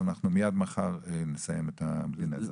אנחנו מיד מחר נסיים את זה בלי נדר.